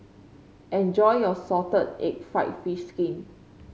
enjoy your Salted Egg fried fish skin